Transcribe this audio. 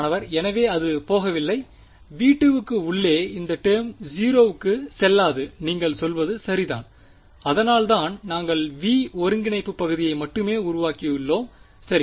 மாணவர் எனவே அது போகவில்லை V2 விற்கு உள்ளே இந்த டேர்ம் 0 க்குச் செல்லாது நீங்கள் சொல்வது சரிதான் அதனால்தான் நாங்கள் V ஒருங்கிணைப்பு பகுதியை மட்டுமே உருவாக்கியுள்ளோம் சரி